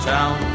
Town